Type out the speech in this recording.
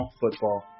football